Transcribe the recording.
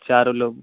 चारों लोग